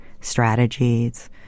strategies